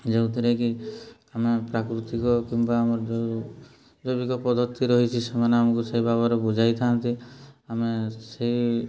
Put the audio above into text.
ଯେଉଁଥିରେ କି ଆମେ ପ୍ରାକୃତିକ କିମ୍ବା ଆମର ଯେଉଁ ଜୈବିକ ପଦ୍ଧତି ରହିଛି ସେମାନେ ଆମକୁ ସେ ଭାବରେ ବୁଝାଇଥାନ୍ତି ଆମେ ସେଇ